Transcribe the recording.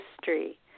history